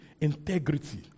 integrity